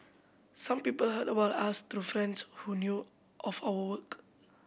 some people heard about us through friends who knew of our work